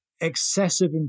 excessive